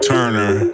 Turner